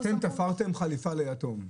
אתם תפרתם חליפה ליתום,